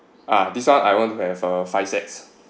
ah this one I want to have uh five sets